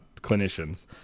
clinicians